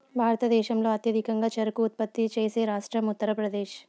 భారతదేశంలో అత్యధికంగా చెరకు ఉత్పత్తి చేసే రాష్ట్రం ఉత్తరప్రదేశ్